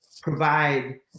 provide